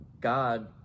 God